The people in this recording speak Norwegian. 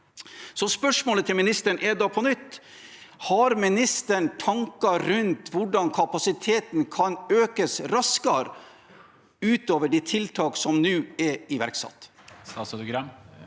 er spørsmålet til ministeren: Har han tanker rundt hvordan kapasiteten kan økes raskere, utover de tiltak som nå er iverksatt?